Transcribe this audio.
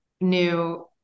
new